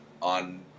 on